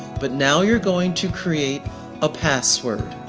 but now you're going to create a password.